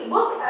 Look